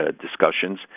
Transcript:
discussions